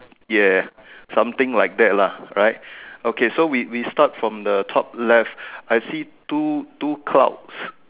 ya something like that lah right okay so we we start from the top left I see two two clouds